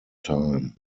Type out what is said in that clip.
time